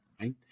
right